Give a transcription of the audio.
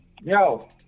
Yo